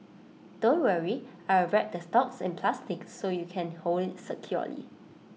don't worry I will wrap the stalks in plastic so you can hold IT securely